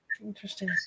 interesting